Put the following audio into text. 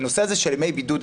הנושא של ימי בידוד,